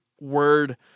word